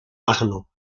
magno